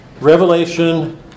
Revelation